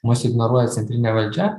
mus ignoruoja centrinė valdžia